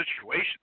situation